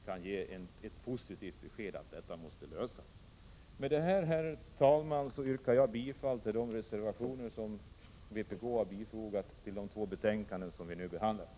Med detta, herr talman, yrkar jag bifall till de reservationer som vpk har fogat till de två betänkanden som nu behandlas.